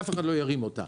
אף אחד לא ירים אותה.